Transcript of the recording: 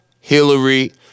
Hillary